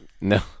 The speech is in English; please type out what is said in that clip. No